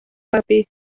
babi